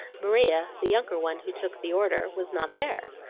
maria, the younger one, who took the order, was not there.